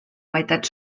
meitat